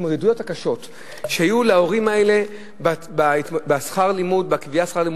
ההתמודדויות הקשות שהיו להורים האלה בקביעת שכר הלימוד,